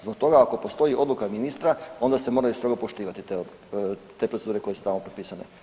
Zbog toga ako postoji odluka ministra onda se moraju strogo poštivati te odluke te procedure koje su tamo propisane.